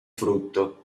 frutto